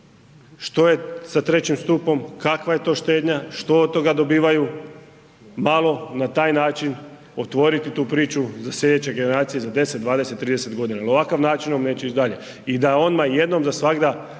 što je sa trećim stupom, kakva je to štednja, što od toga dobivaju malo na taj način otvoriti tu priču za sljedeće generacije za 10, 20, 30 godina jel ovakvim načinom neće ići dalje. I da odmah jednom za svagda